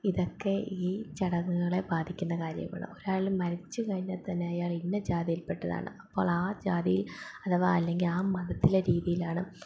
ഇതൊക്കെ ഈ ചടങ്ങുകളെ ബാധിക്കുന്ന കാര്യമാണ് ഒരാൾ മരിച്ച് കഴിഞ്ഞാൽ തന്നെ അയാൾ ഇന്ന ജാതിയിൽ പെട്ടതാണ് അപ്പോൾ ആ ജാതിയിൽ അഥവാ അല്ലെങ്കിൽ ആ മതത്തിലെ രീതിയിലാണ്